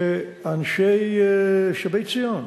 שאנשי שבי-ציון,